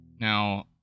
Now